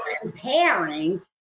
comparing